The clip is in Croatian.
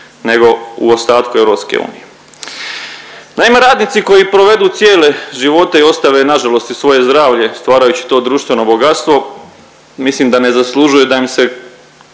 nego u ostatku EU. Naime, radnici koji provedu cijele živote i ostave nažalost i svoje zdravlje stvarajući to društveno bogatstvo mislim da ne zaslužuju da im se